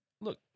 Look